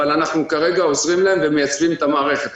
אבל אנחנו כרגע עוזרים להם ומייצבים את המערכת.